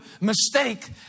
mistake